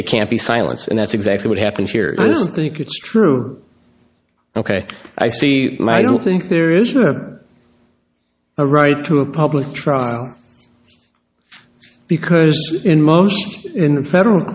it can't be silence and that's exactly what happened here think it's true ok i see my don't think there is a right to a public trial because in most in federal